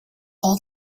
all